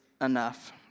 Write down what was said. enough